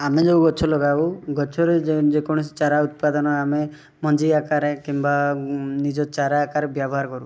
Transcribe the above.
ଆମେ ଯେଉଁ ଗଛ ଲଗାଉ ଗଛରେ ଯେ ଯେକୌଣସି ଚାରା ଉତ୍ପାଦନ ଆମେ ମଞ୍ଜି ଆକାରରେ କିମ୍ବା ନିଜ ଚାରା ଆକାରରେ ବ୍ୟବହାର କରୁ